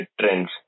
trends